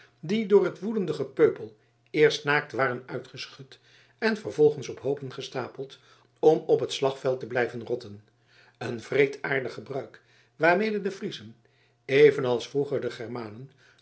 die door het woedende gepeupel eerst naakt waren uitgeschud en vervolgens op hoopen gestapeld om op het slagveld te blijven rotten een wreedaardig gebruik waarmede de friezen evenals vroeger